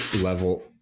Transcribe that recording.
level